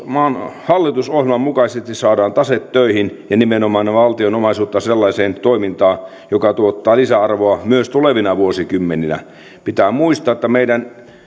maan hallitusohjelman mukaisesti saadaan tase töihin ja nimenomaan valtion omaisuutta sellaiseen toimintaan joka tuottaa lisäarvoa myös tulevina vuosikymmeninä pitää muistaa että meidän